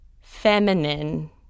feminine